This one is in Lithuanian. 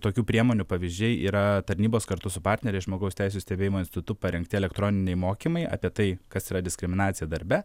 tokių priemonių pavyzdžiai yra tarnybos kartu su partneriais žmogaus teisių stebėjimo institutu parengti elektroniniai mokymai apie tai kas yra diskriminacija darbe